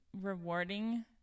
rewarding